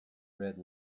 red